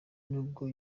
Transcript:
nubwo